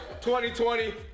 2020